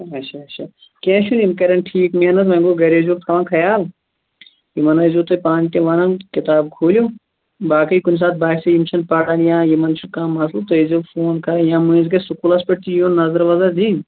اچھا اچھا کیٚنٛہہ چھُنہٕ یِم کَرن ٹھیٖک محنت وۅنۍ گوٚو گرِ ٲسۍزیٚہوٗکھ تھاوان خیال یِمَن ٲسۍزیٚو تُہۍ پانہٕ تہِ وَنان کِتابہٕ کھوٗلِو باقٕے کُنہِ ساتہٕ باسہِ یِم چھِنہٕ پران یا یِمَن چھُ کانٛہہ مسلہٕ تُہۍ ٲسۍزیٚو فون کران یا مٔنٛزۍ گَژِھ سکوٗلَس پیٚٹھ تہِ یُن نظر وَظر دِنۍ